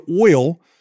oil